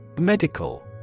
Medical